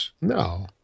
no